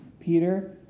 Peter